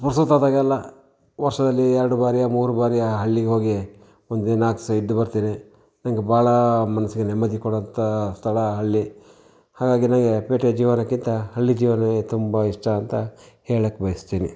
ಪುರ್ಸೊತ್ತು ಆದಾಗಲೆಲ್ಲ ವರ್ಷದಲ್ಲಿ ಎರಡು ಬಾರಿಯೋ ಮೂರು ಬಾರಿಯೋ ಆ ಹಳ್ಳಿಗೆ ಹೋಗಿ ಒಂದು ನಾಲ್ಕು ದಿವಸ ಇದು ಬರ್ತೀನಿ ನನಗೆ ಭಾಳ ಮನಸಿಗೆ ನೆಮ್ಮದಿ ಕೊಡುವಂಥ ಸ್ಥಳ ಹಳ್ಳಿ ಹಾಗಾಗಿ ನನಗೆ ಪೇಟೆಯ ಜೀವನಕ್ಕಿಂತ ಹಳ್ಳಿಯ ಜೀವನವೇ ತುಂಬ ಇಷ್ಟ ಅಂತ ಹೇಳೋಕೆ ಬಯಸ್ತೀನಿ